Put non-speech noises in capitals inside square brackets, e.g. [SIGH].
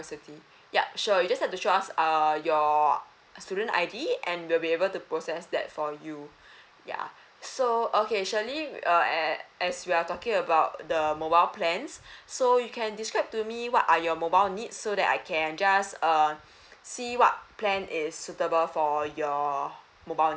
university yup sure you just have to show us uh your student I_D and we will be able to process that for you [BREATH] ya so okay shirley uh a~ as we are talking about the mobile plans [BREATH] so you can describe to me what are your mobile needs so that I can just uh [BREATH] see what plan is suitable for your mobile needs